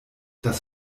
das